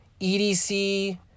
EDC